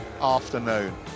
afternoon